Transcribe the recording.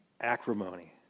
acrimony